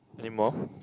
anymore